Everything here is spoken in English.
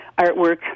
artwork